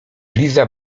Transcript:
liza